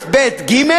א', ב', ג',